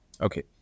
Okay